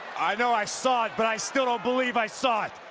i know i saw it, but i still don't believe i saw it.